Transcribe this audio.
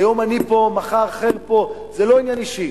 היום אני פה, מחר אחר פה, זה לא עניין אישי,